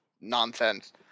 nonsense